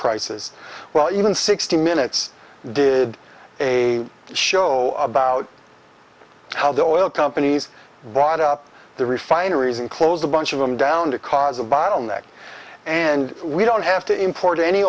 prices well even sixty minutes did a show about how the oil companies brought up the refineries and closed a bunch of them down because of bottlenecks and we don't have to import any